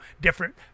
different